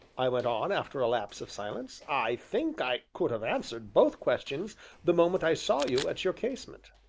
i went on, after a lapse of silence, i think i could have answered both questions the moment i saw you at your casement.